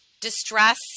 distress